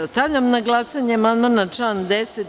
Stavljam na glasanje amandman na član 10.